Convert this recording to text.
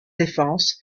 défense